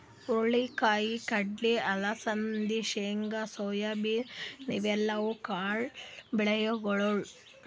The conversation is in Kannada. ಹುರಳಿ ಕಾಯಿ, ಕಡ್ಲಿ, ಅಲಸಂದಿ, ಶೇಂಗಾ, ಸೋಯಾಬೀನ್ ಇವೆಲ್ಲ ಕಾಳ್ ಬೆಳಿಗೊಳ್